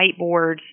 whiteboards